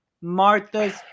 Martha's